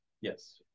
Yes